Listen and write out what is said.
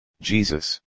Jesus